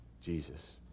Jesus